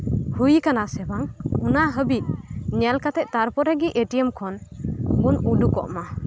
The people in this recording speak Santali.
ᱦᱩᱭ ᱟᱠᱟᱱᱟ ᱥᱮ ᱵᱟᱝ ᱚᱱᱟ ᱦᱟᱹᱵᱤᱡ ᱧᱮᱞ ᱠᱟᱛᱮᱫ ᱛᱟᱨᱯᱚᱨᱮ ᱜᱮ ᱮ ᱴᱤ ᱮᱢ ᱠᱷᱚᱱ ᱵᱚᱱ ᱩᱰᱩᱠᱚᱜᱼᱢᱟ